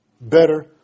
better